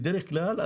בדרך כלל,